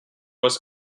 was